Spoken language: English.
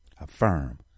Affirm